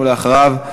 ואחריו,